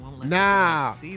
Now